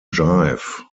jive